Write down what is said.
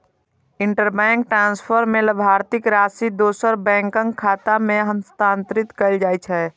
interbank transfer मे लाभार्थीक राशि दोसर बैंकक खाता मे हस्तांतरित कैल जाइ छै